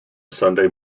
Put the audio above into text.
sunday